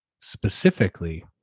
specifically